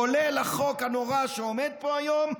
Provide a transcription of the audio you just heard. כולל החוק הנורא שעומד פה היום,